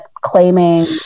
claiming